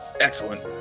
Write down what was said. excellent